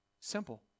Simple